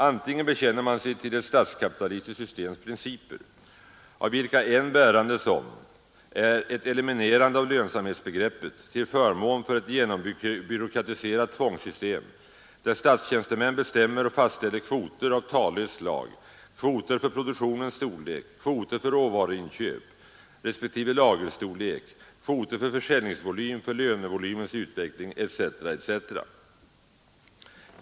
Antingen bekänner man sig till ett statskapitalistiskt systems principer, av vilka en bärande sådan är ett eliminerande av lönsamhetsbegreppet till förmån för ett genombyråkratiserat tvångssystem, där statstjänstemän bestämmer och fastställer kvoter av tallöst slag, kvoter för produktionens storlek, kvoter för råvaruinköp respektive lagerstorlek, kvoter för försäljningsvolym, för lönevolymens utveckling etc. etc.